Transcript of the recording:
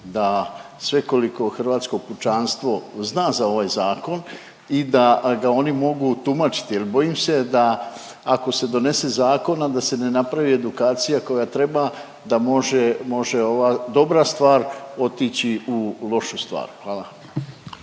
da svekoliko hrvatsko pučanstvo zna za ovaj zakon i da ga oni mogu tumačiti jer bojim se da ako se donese zakon, a da se ne napravi edukacija koja treba da može, može ovaj dobra stvar otići u lošu stvar. Hvala.